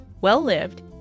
well-lived